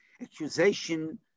accusation